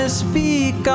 speak